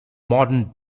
modern